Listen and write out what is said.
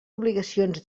obligacions